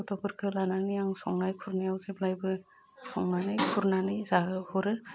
गथ'फोरखौ लानानै आं संनाय खुरनायाव जेब्लायबो संनानै खुरनानै जाहोहरो